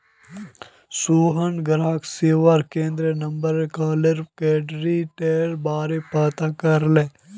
सोहन ग्राहक सेवा केंद्ररेर नंबरत कॉल करे क्रेडिटेर बारा पता करले